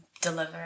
deliver